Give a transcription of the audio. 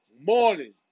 morning